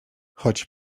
choć